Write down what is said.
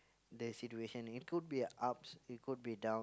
the situation it could be ups it could be down